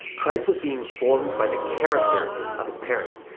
christ was being formed by the character of his parents.